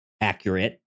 accurate